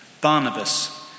Barnabas